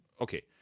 Okay